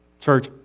Church